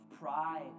pride